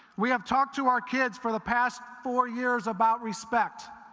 we have talked to our kids for the past four years about respect.